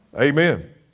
Amen